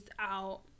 out